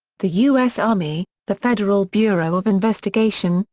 the u s. army, the federal bureau of investigation,